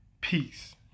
Peace